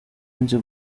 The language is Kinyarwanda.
nzi